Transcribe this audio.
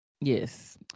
Yes